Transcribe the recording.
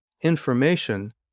information